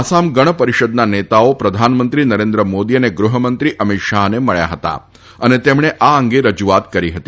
આસામ ગણપરિષદના નેતાઓ પ્રધાનમંત્રી નરેન્દ્ર મોદી અને ગૃહમંત્રી અમિત શાહને મળ્યા હતા અને તેમણે આ અંગે રજુઆત કરી હતી